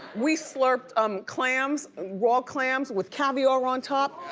we slurped um clams, raw clams with caviar on top.